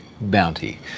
bounty